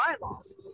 bylaws